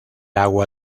agua